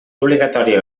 obligatòria